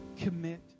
Commit